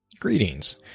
Greetings